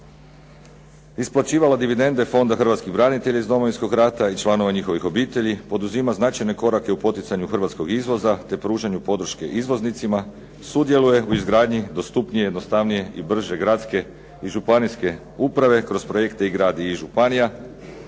isplaćivala dividende Fonda hrvatskih branitelja iz Domovinskog rata i članova njihovih obitelji, poduzima značajne korake u poticanju hrvatskog izvoza te pružanju podrške izvoznicima, sudjeluje u izgradnji dostupnije, jednostavnije i brže gradske i županijske uprave kroz projekte i grada i županija